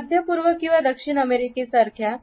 मध्य पूर्व किंवा दक्षिण अमेरिकेसारख्या